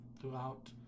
throughout